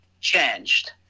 changed